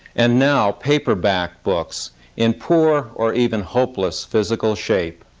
and now paperback books in poor or even hopeless physical shape.